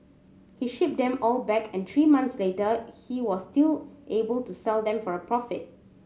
he shipped them all back and three months later he was still able to sell them for a profit